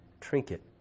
trinket